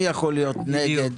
מי יכול להיות נגד?